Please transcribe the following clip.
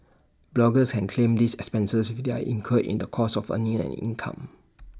bloggers can claim these expenses if they are incurred in the course of earning an income